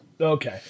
Okay